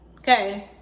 Okay